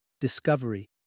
discovery